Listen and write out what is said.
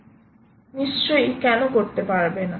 নিশ্চয়ই কেন করতে পারবে না